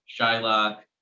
Shylock